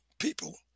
people